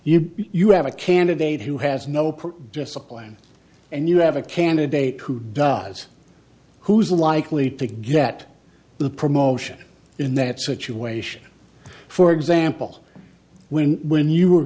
you you have a candidate who has no discipline and you have a candidate who does who's likely to get the promotion in that situation for example when when you were